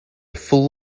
full